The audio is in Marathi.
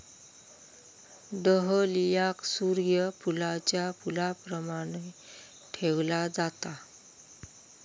डहलियाक सूर्य फुलाच्या फुलाप्रमाण ठेवला जाता